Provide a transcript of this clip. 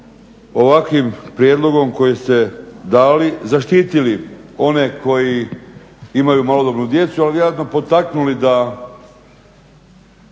ovakvim prijedlogom koji ste dali zaštitili one koji imaju malodobnu djecu ali vjerojatno potaknuli da